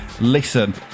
listen